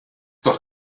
doch